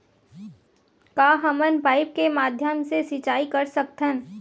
का हमन पाइप के माध्यम से सिंचाई कर सकथन?